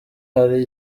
hari